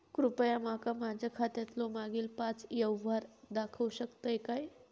कृपया माका माझ्या खात्यातलो मागील पाच यव्हहार दाखवु शकतय काय?